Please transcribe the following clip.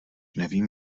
nevím